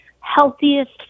healthiest